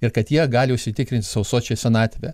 ir kad jie gali užsitikrint sau sočią senatvę